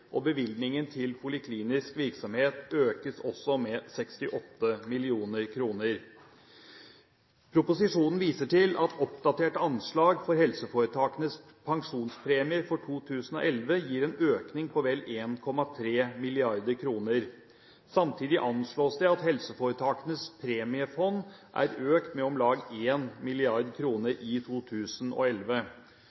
og bevilgningen til poliklinisk virksomhet økes også med 68 mill. kr. Proposisjonen viser til at oppdaterte anslag for helseforetakenes pensjonspremier for 2011 gir en økning på vel 1,3 mrd. kr. Samtidig anslås det at helseforetakenes premiefond er økt med om lag